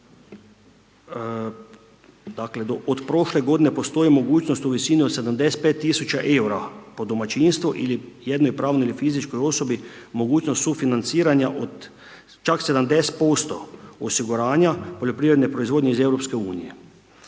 dakle od prošle godine postoji mogućnost u visini od 75 000 eura po domaćinstvu ili jednoj pravnoj ili fizičkoj osobi mogućnost sufinanciranja od čak 70% osiguranja poljoprivredne proizvodnje iz EU-a.